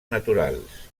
naturals